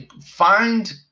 Find